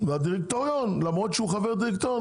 ולמרות שהוא חבר דירקטוריון,